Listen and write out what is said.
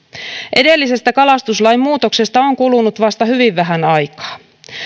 edellisestä kalastuslain muutoksesta on kulunut vasta hyvin vähän aikaa